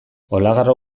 olagarro